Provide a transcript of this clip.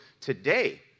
today